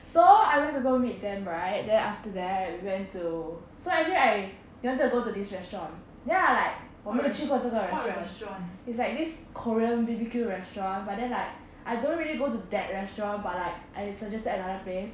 so I went to go meet them right then after that went to so actually i~ they wanted to go to this restaurant then I like 我没有去过这个 restaurant is like this korean B_B_Q restaurant but then like I don't really go to that restaurant but like I suggested another place